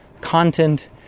content